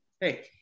Hey